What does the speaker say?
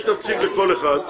יש נציג לכל אחד,